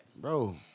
Bro